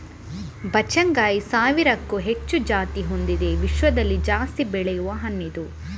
ಬಚ್ಚಗಾಂಯಿ ಸಾವಿರಕ್ಕೂ ಹೆಚ್ಚು ಜಾತಿ ಹೊಂದಿದ್ದು ವಿಶ್ವದಲ್ಲಿ ಜಾಸ್ತಿ ಬೆಳೆಯುವ ಹಣ್ಣಿದು